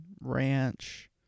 ranch